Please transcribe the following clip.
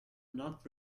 not